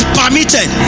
permitted